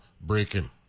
breaking